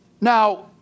Now